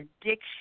addiction